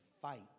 fight